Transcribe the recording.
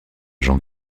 jean